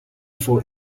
for